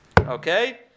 Okay